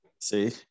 See